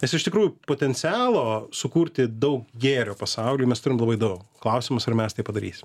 nes iš tikrųjų potencialo sukurti daug gėrio pasauly mes turim labai daug klausimas ar mes tai padarysim